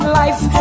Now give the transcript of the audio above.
life